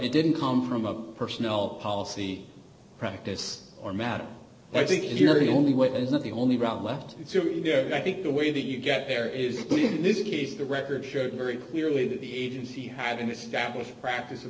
it didn't come from a personnel policy practice or matter and i think if you're the only what is not the only route left i think the way that you get there is in this case the record showed very clearly that the agency had an established practice of